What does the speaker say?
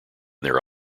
their